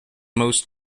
most